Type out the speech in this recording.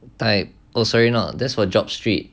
oh sorry not that's for jobstreet